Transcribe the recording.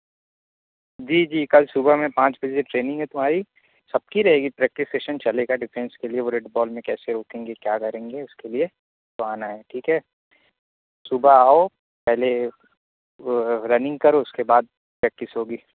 جی جی کل صبح میں پانچ بجے ٹرینگ ہے تمہاری سب کی رہے گی پریکٹس سیشن چلے گا ڈیفینس کے لیے وہ ریڈ بال میں کیسے روکیں گے کیا کریں گے اس کے لیے تو آنا ہے ٹھیک ہے صبح آؤ پہلے رننگ کرو اس کے بعد پریکٹس ہوگی